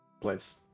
place